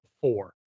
four